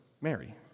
Mary